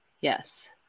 yes